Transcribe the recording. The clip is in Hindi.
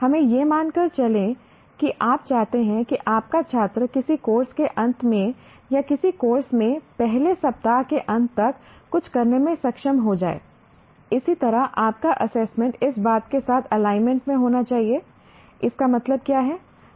हमें यह मानकर चलें कि आप चाहते हैं कि आपका छात्र किसी कोर्स के अंत में या किसी कोर्स में पहले सप्ताह के अंत तक कुछ करने में सक्षम हो जाए इसी तरह आपका एसेसमेंट इस बात के साथ एलाइनमेंट में होना चाहिए इसका मतलब क्या है